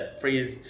phrase